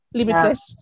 limitless